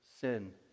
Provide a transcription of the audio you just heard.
sin